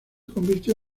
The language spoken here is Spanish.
convirtió